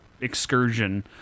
excursion